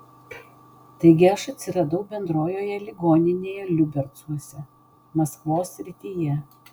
taigi aš atsiradau bendrojoje ligoninėje liubercuose maskvos srityje